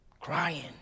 crying